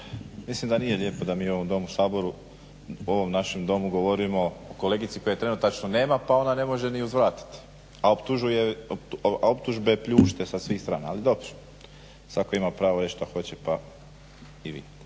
mislim da nije lijepo da mi u ovom Saboru u ovom našem Domu govorimo o kolegici koje trenutačno nema pa ona ne može ni uzvratiti, a optužbe pljušte sa svih strana. Ali dobro, svatko ima pravo reći šta hoće pa i vi.